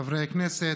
חברי הכנסת,